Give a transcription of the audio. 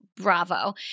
Bravo